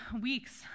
weeks